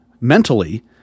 mentally